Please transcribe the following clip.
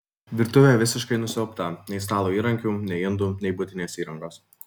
virtuvė visiškai nusiaubta nei stalo įrankių nei indų nei buitinės įrangos